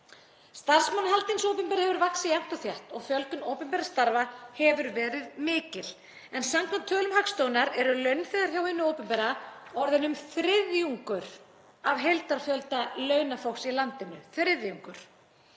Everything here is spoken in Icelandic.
Starfsmannahald hins opinbera hefur vaxið jafnt og þétt og fjölgun opinberra starfa hefur verið mikil. Samkvæmt tölum Hagstofunnar eru launþegar hjá hinu opinbera orðnir um þriðjungur af heildarfjölda launafólks í landinu.